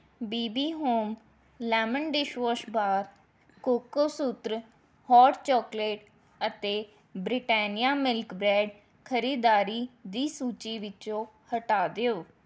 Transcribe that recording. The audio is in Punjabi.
B B home lemon dishwash bar Cocosutra hot chocolate ਅਤੇ ਬ੍ਰਿਟਾਨੀਆ ਮਿਲਕ ਬਰੈੱਡ ਖਰੀਦਦਾਰੀ ਦੀ ਸੂਚੀ ਵਿੱਚੋਂ ਹਟਾ ਦਿਓ